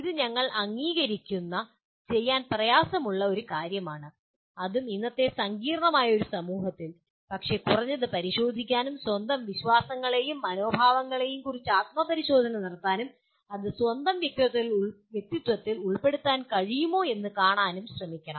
ഇത് ഞങ്ങൾ അംഗീകരിക്കുന്ന ചെയ്യാൻ പ്രയാസമുള്ള ഒരു കാര്യമാണ് അതും ഇന്നത്തെ സങ്കീർണ്ണമായ ഒരു സമൂഹത്തിൽ പക്ഷേ കുറഞ്ഞത് പരിശോധിക്കാനും സ്വന്തം വിശ്വാസങ്ങളെയും മനോഭാവങ്ങളെയും കുറിച്ച് ആത്മപരിശോധന നടത്താനും അത് സ്വന്തം വ്യക്തിത്വത്തിൽ ഉൾപ്പെടുത്താൻ കഴിയുമോ എന്ന് കാണാനും ശ്രമിക്കണം